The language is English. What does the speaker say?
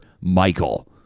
Michael